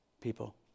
people